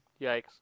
Yikes